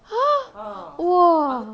ah !wah!